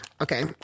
okay